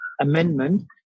amendment